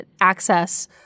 access